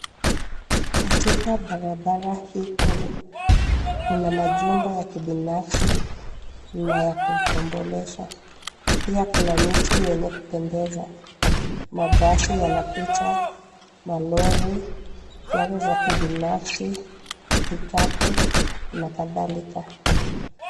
Katika barabara hii kuu, kuna majumba ya kibinafsi, na ya kukombolesha, pia kuna miti yenye kupendeza. Mabasi yanapita, malori, gari za kibinafsi, pikapu, na kadhalika.